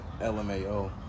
LMAO